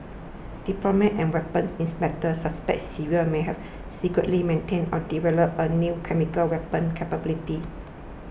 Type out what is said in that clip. diplomats and weapons inspectors suspect Syria may have secretly maintained or developed a new chemical weapons capability